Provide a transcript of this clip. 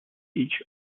each